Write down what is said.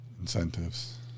incentives